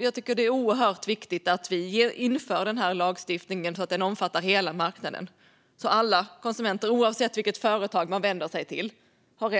Jag tycker att det är oerhört viktigt att vi inför den här lagstiftningen så att den omfattar hela marknaden, så att alla konsumenter, oavsett vilket företag man vänder sig till, får